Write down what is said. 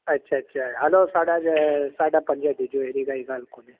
अच्छा अच्छा हलो साढा साढा पंज ॾीजो अहिड़ी काई ॻाल्हि कोन्हे